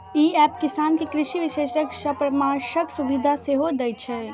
ई app किसान कें कृषि विशेषज्ञ सं परामर्शक सुविधा सेहो दै छै